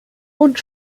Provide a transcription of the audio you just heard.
und